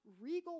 regal